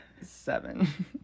seven